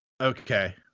okay